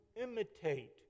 imitate